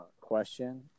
question